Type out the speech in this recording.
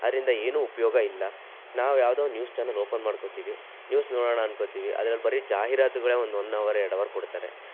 ಅದರಿಂದ ಏನೂ ಉಪಯೋಗ ಇಲ್ಲ ನಾವು ಯಾವುದೋ ನ್ಯೂಸ್ ಚಾನೆಲ್ ಓಪನ್ ಮಾಡ್ಕೊತೀವಿ ನ್ಯೂಸ್ ನೋಡೋಣ ಅಂದ್ಕೋತೀವಿ ಅದ್ರಲ್ಲಿ ಬರೀ ಜಾಹಿರಾತುಗಳೇ ಒಂದು ಒನ್ ಅವರ್ ಎರಡು ಅವರ್ ಕೊಡ್ತಾರೆ